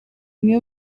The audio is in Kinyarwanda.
imwe